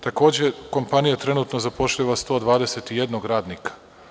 Takođe, kompanija trenutno zapošljava 121 radnika.